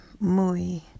muy